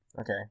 Okay